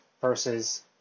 versus